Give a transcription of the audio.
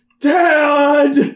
Dad